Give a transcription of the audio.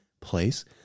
place